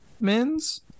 men's